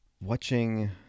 watching